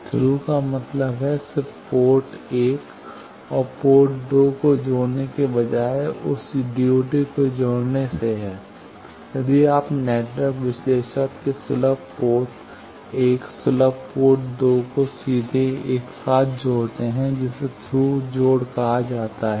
through का मतलब सिर्फ पोर्ट 1 और पोर्ट 2 को जोड़ने के बजाय उस DUT को जोड़ने से है यदि आप नेटवर्क विश्लेषक के सुलभ पोर्ट 1 सुलभ पोर्ट 2 को सीधे एक साथ जोड़ते हैं जिसे थ्रू जोड़ कहा जाता है